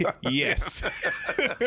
yes